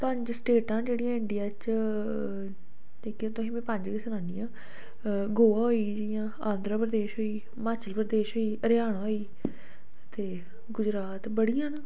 पंज स्टेटां न जेह्ड़ियां इंडिया च जेह्कियां तुसें गी में पंज गै सनानी आं गोवा होई गेई जि'यां आंध्रप्रदेश होई गेई हिमाचल प्रदेश होई गेई हरियाणा होई गेई ते गुजरात बड़ियां न